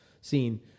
seen